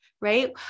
right